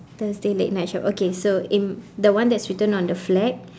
thursday late night show okay so in the one that's written on the flag